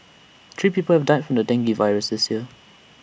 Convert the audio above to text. three people have died from the dengue virus this year